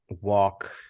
walk